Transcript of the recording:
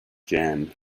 jam